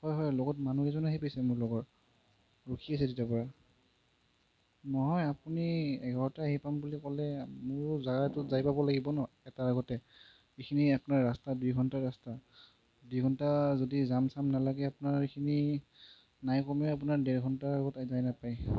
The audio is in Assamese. হয় হয় লগত মানুহ এজন আহি পাইছে মোৰ লগৰ ৰখি আছে তেতিয়াৰ পৰা নহয় আপুনি এঘাৰটাত আহি পাম বুলি ক'লে মোৰ জাগাটোত গৈ পাব লাগিব ন এটাৰ আগতে এইখিনি আপোনাৰ ৰাস্তা দুই ঘণ্টাৰ ৰাস্তা দুই ঘণ্টা যদি যাম চাম নালাগে আপোনাৰ এইখিনি নাই কমেও আপোনাৰ ডেৰ ঘণ্টাৰ আগত যায় নাপায়